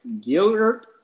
Gilbert